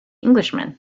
englishman